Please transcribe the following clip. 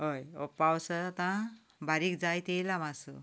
हय हो पावस आतां बारीक जायत आयला मातसो